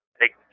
take